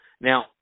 now